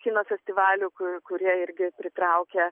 kino festivalių kurie irgi pritraukia